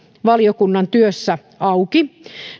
valiokunnan työssä auki